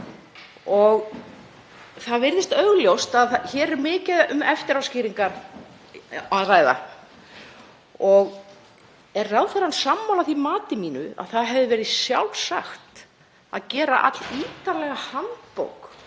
og það virðist augljóst að hér er mikið um eftiráskýringar að ræða. Er ráðherrann sammála því mati mínu að það hefði verið sjálfsagt að gera allítarlega handbók